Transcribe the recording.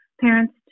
parents